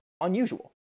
unusual